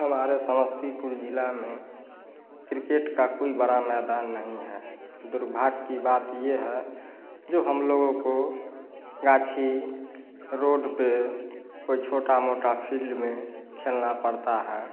हमारे समस्तीपुर जिला में क्रिकेट का कोई बड़ा मैदान नहीं है दुर्भाग्य की बात ये है जो हम लोगों को गाछी रोड पे कोई छोटा मोटा फील्ड में खेलना पड़ता है